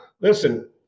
listen